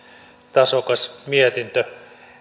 tasokas mietintö